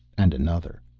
and another.